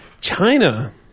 China